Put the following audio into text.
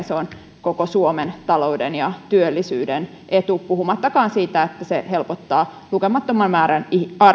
se on koko suomen talouden ja työllisyyden etu puhumattakaan siitä että se helpottaa lukemattoman määrän